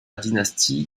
dynastie